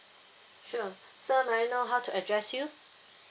sure sir may I know how to address you